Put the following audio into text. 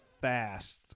fast